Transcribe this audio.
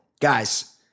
guys